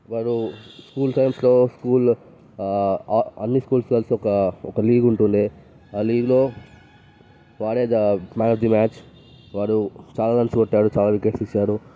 వాడు స్కూల్ టైమ్స్లో స్కూల్లో అన్ని స్కూల్స్ కలిసి ఒక ఒక లీగ్ ఉంటుండే ఆ లీగ్లో వాడే మ్యాన్ ఆఫ్ ది మ్యాచ్ వాడు చాలా రన్స్ కొట్టాడు చాలా వికెట్స్ తీశాడు